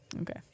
Okay